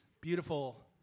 beautiful